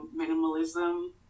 minimalism